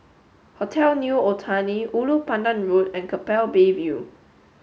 hotel New Otani Ulu Pandan Road and Keppel Bay View